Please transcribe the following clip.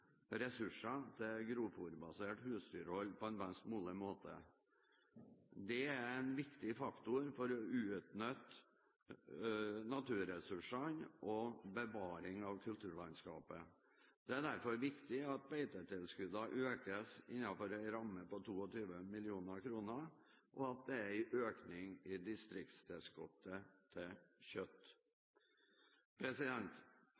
ressurser til grovfôrbasert husdyrhold på en best mulig måte. Det er en viktig faktor for å utnytte naturressursene og bevare kulturlandskapet. Det er derfor viktig at beitetilskuddene økes innenfor en ramme på 22 mill. kr, og at det er en økning i distriktstilskuddet til